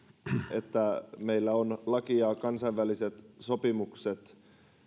että meillä on laki ja kansainväliset sopimukset